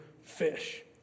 fish